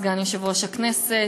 סגן יושב-ראש הכנסת,